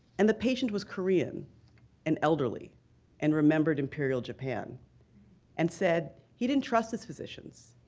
and the patient was korean and elderly and remembered imperial japan and said, he didn't trust his physicians.